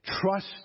Trust